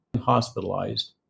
hospitalized